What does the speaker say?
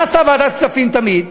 מה עשתה ועדת כספים תמיד?